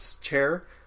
chair